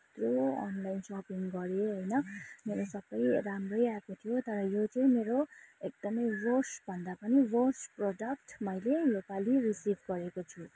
यत्रो online shopping गरेँ होइन मेरो सबै राम्रै आएको थियो तर यो चाहिँ मेरो एकदमै वर्स्टभन्दा पनि वर्स्ट प्रडक्ट मैले योपालि रिसिभ गरेको छु